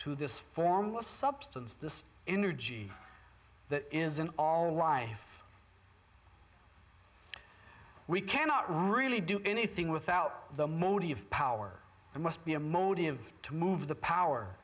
to this form of substance this energy that is and all life we cannot really do anything without the motive power that must be a motive to move the power